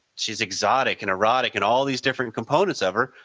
she is exotic and erotic and all these different components over.